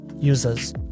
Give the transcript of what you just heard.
users